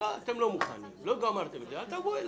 אם אתם לא מוכנים ולא גמרתם את זה, אל תבואו אליי.